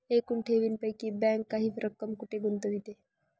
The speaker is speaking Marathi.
एकूण ठेवींपैकी बँक काही रक्कम कुठे गुंतविते?